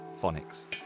phonics